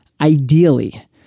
ideally